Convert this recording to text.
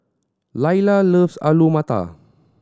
Lailah loves Alu Matar